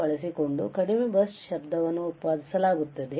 ಬಳಸಿಕೊಂಡು ಕಡಿಮೆ ಬರ್ಸ್ಟ್ ಶಬ್ದವನ್ನು ಉತ್ಪಾದಿಸಲಾಗುತ್ತದೆ